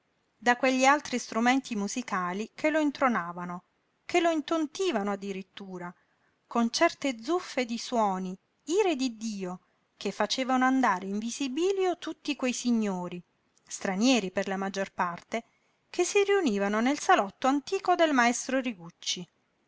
da quegli altri strumenti musicali che lo intronavano che lo intontivano addirittura con certe zuffe di suoni ire di dio che facevano andare in visibilio tutti quei signori stranieri per la maggior parte che si riunivano nel salotto antico del maestro rigucci